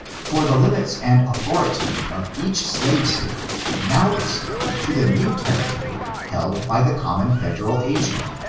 for the limits and authority of each slave state now extend to the new territory held by the common federal agent.